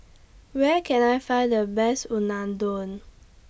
Where Can I Find The Best Unadon